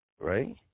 Right